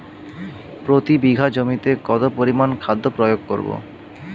প্রতি বিঘা জমিতে কত পরিমান খাদ্য প্রয়োগ করব?